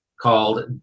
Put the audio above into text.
called